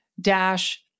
dash